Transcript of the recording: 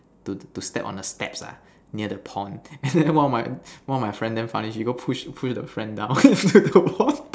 to to step on the steps ah near the pond and then one of my one of my friend damn funny she go push push the friend down into the pond